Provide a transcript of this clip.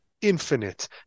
infinite